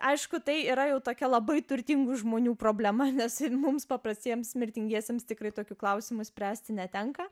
aišku tai yra jau tokia labai turtingų žmonių problema nes mums paprastiems mirtingiesiems tikrai tokių klausimų spręsti netenka